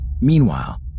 Meanwhile